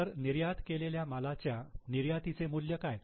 तर निर्यात केलेल्या मालाच्या निर्यातीचे मूल्य काय